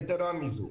יתרה מזו,